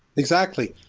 exactly.